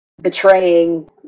betraying